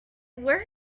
where